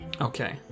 Okay